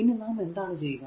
ഇനി നാം എന്താണ് ചെയ്യുക